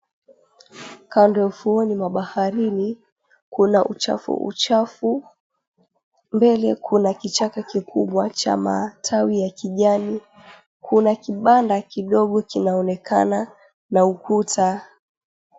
Kando ya ufuoni mwa baharini, kuna uchafu uchafu. Mbele kuna kichaka kikubwa cha matawi ya kijani. Kuna kibanda kidogo kinaonekana na ukuta.